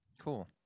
Cool